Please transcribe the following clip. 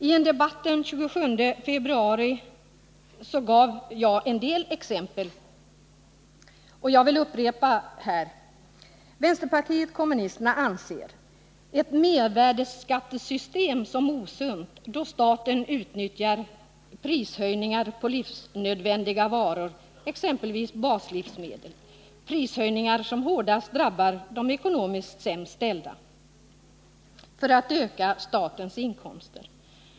I en debatt den 27 februari i år gav jag en del exempel som jag vill upprepa här. Vpk anser att ett mervärdeskattesystem är osunt, då staten utnyttjar prishöjningar på livsnödvändiga varor, exempelvis baslivsmedel — prishöjningar som hårdast drabbar de ekonomiskt sämst ställda — för att öka statens inkomster.